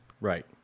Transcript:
Right